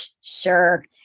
sure